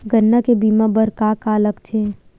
गन्ना के बीमा बर का का लगथे?